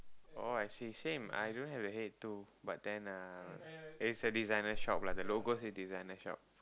oh I see same I don't have a head too but then uh it's a designer shop lah the logo say designer shop